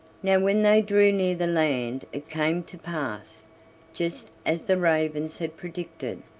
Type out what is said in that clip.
now when they drew near the land it came to pass just as the ravens had predicted,